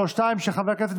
התשפ"א 2021,